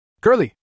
Curly